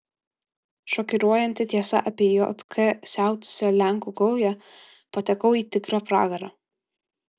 šokiruojanti tiesa apie jk siautusią lenkų gaują patekau į tikrą pragarą